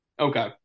Okay